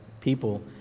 people